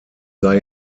sei